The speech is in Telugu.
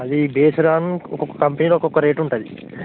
అది బేస్డ్ ఆన్ ఒక్కొక్క కంపెనీలో ఒక్కొక్క రేటు ఉంటుంది